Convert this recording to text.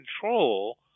control